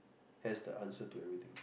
has the answer to everything